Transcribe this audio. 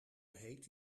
heet